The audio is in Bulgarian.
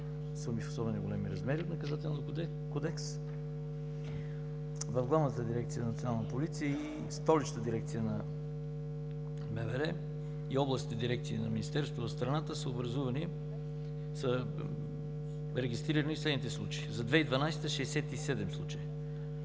суми в особено големи размери в Наказателния кодекс. В Главната дирекция „Национална полиция“ и Столичната дирекция на МВР, и областните дирекции на Министерството в страната са регистрирани следните случаи: за 2012 г. – 67 случая;